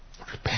Repent